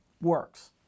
works